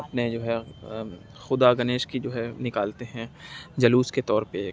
اپنے جو ہے خدا گنیش کی جو ہے نکالتے ہیں جلوس کے طور پہ ایک